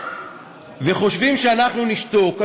וחושבים שאנחנו נשתוק.